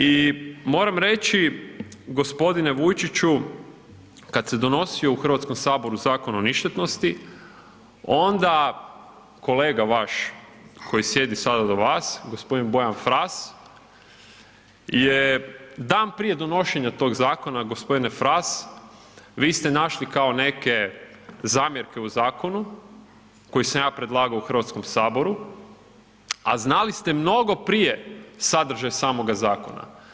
I moram reći gospodine Vujčiću kada se donosio u Hrvatskom saboru Zakon o ništetnosti onda kolega vaš koji sjedi sada do vas gospodin Bojan Fras je dan prije donošenja tog zakona gospodine Fras vi ste našli kao neke zamjerke u zakonu koje sam ja predlagao u Hrvatskom saboru, a znali ste mnogo prije sadržaj samoga zakona.